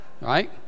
Right